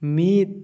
ᱢᱤᱫ